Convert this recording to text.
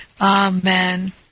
Amen